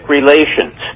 Relations